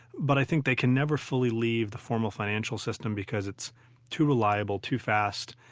but i think they can never fully leave the former financial system because it's too reliable, too fast,